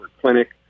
Clinic